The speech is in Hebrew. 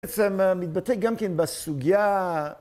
עצם מתבטא גם כן בסוגיה...